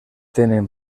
tenen